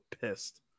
pissed